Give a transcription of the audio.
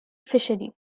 fishery